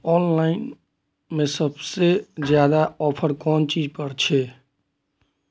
Online में सबसे ज्यादा ऑफर कोन चीज पर छे?